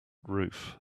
roof